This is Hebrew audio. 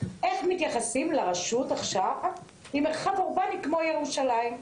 איך מתייחסים לרשות עכשיו עם מרחב אורבני כמו ירושלים.